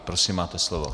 Prosím, máte slovo.